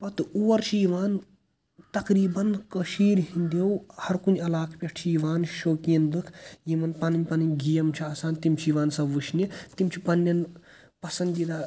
پتہٕ اور چھِ یِوان تقریٖبَن کٔشیٖرۍ ہِنٛدٮ۪و ہَر کُنہِ عَلاقعہ پٮ۪ٹھ چھِ یِوان شوقیٖن لُکھ یِمن پَنٕنۍ پَنٕنۍ گیم چھِ آسان تِم چھِ یِوان سۄ وٕچھنہِ تِم چھِ پَننٮ۪ن پَسنٛد دیٖدا